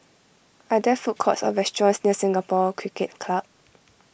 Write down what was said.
are there food courts or restaurants near Singapore Cricket Club